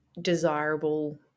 desirable